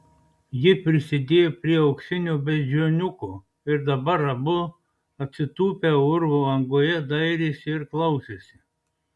ji prisidėjo prie auksinio beždžioniuko ir dabar abu atsitūpę urvo angoje dairėsi ir klausėsi